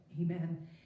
amen